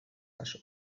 jaso